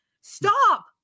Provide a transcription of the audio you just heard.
Stop